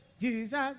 Jesus